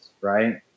right